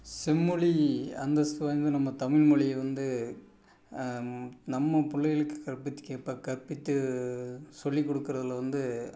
செம்மொழி அந்தஸ்து வந்து நம்ம தமிழ் மொழிய வந்து நம்ம பிள்ளைகளுக்கு கற்பித்து கற்பித்து சொல்லிக் கொடுக்குறதுல வந்து